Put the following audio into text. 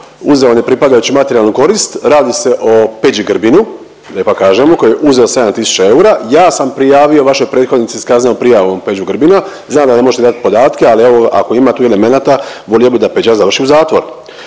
uzeo nepripadajuću materijalnu korist, radi se o Peđi Grbinu da ipak kažemo, koji je uzeo 7 tisuća eura. Ja sam prijavio vašoj prethodnici s kaznenom prijavom Peđu Grbina, znam da ne možete dat podatke, ali evo ako ima tu elemenata volio bi da Peđa završi u zatvoru